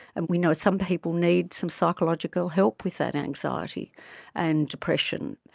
and we know some people need some psychological help with that anxiety and depression.